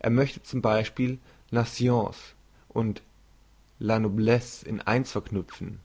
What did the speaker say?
er möchte zum beispiel la science und la noblesse in eins verknüpfen